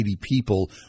people